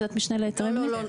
וועדת משנה להיתרי בנייה.